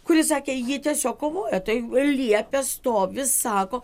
kuris sakė ji tiesiog kovojo tai liepė stovi sako